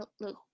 look